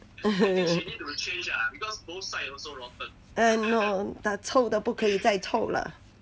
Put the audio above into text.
ah no 臭的不可以再臭了